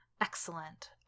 Excellent